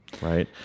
right